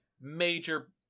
major